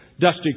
dusty